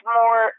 more